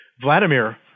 Vladimir